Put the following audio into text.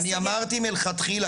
אני אמרתי מלכתחילה,